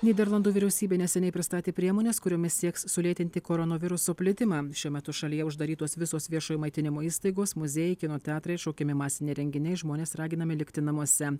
nyderlandų vyriausybė neseniai pristatė priemones kuriomis sieks sulėtinti koronoviruso plitimą šiuo metu šalyje uždarytos visos viešojo maitinimo įstaigos muziejai kino teatrai atšaukiami masiniai renginiai žmonės raginami likti namuose